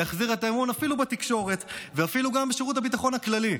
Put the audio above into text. להחזיר את האמון אפילו בתקשורת ואפילו בשירות הביטחון הכללי.